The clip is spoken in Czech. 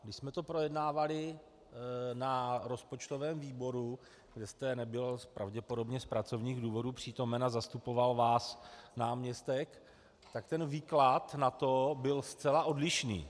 My jsme to projednávali na rozpočtovém výboru, kde jste nebyl pravděpodobně z pracovních důvodů přítomen a zastupoval vás náměstek, tak ten výklad na to byl zcela odlišný.